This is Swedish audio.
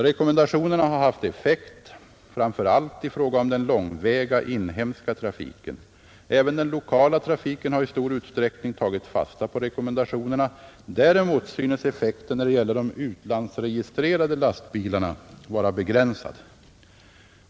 Rekommendationerna har haft effekt framför allt i fråga om den långväga inhemska trafiken. Även den lokala trafiken har i stor utsträckning tagit fasta på rekommendationerna. Däremot synes effekten när det gäller de utlandsregistrerade lastbilarna vara begränsad.